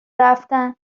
رفتن